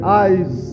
eyes